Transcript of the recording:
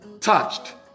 touched